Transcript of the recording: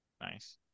Nice